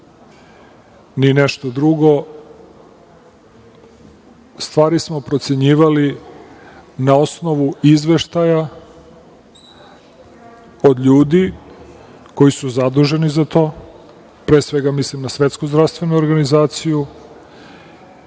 ni nešto drugo. Stvari smo procenjivali na osnovu izveštaja od ljudi koji su zaduženi za to, pre svega mislim na Svetsku zdravstvenu organizaciju,